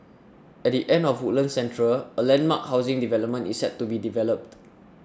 at the edge of Woodlands Central a landmark housing development is set to be developed